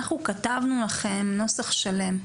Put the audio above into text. אנחנו כתבנו לכם נוסח שלכם.